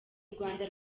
rwanda